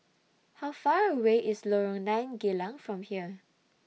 How Far away IS Lorong nine Geylang from here